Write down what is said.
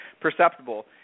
perceptible